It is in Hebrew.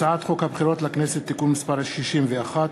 הצעת חוק הבחירות לכנסת (תיקון מס' 61),